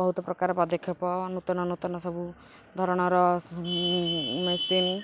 ବହୁତ ପ୍ରକାର ପଦକ୍ଷେପ ନୂତନ ନୂତନ ସବୁ ଧରଣର ମେସିନ୍